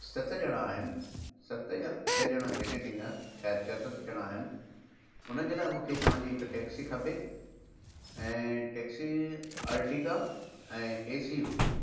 सत ॼणा आहिनि सत या छह ॼणा जेके थींदा शायदि छह सत ॼणा आहिनि उन्हनि जे लाइ मूंखे तव्हांजी हिकु टेक्सी खपे ऐं टेक्सी अर्टिका ऐं ए सी हुजे